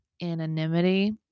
anonymity